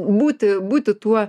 būti būti tuo